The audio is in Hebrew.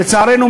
לצערנו,